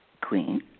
queen